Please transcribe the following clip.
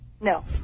No